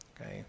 Okay